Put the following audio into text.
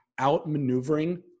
outmaneuvering